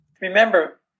remember